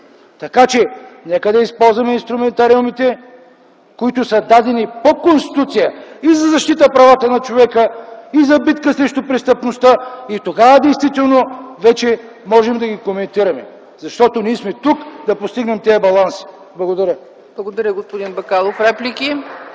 стигнем. Нека да използваме инструментариумите, които са дадени по Конституция и за защита правата на човека, и за битка срещу престъпността и тогава действително вече можем да ги коментираме, защото ние сме тук, за да постигнем тези баланси. Благодаря. (Ръкопляскания от КБ.)